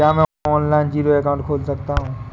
क्या मैं online zero account खोल सकता हूँ?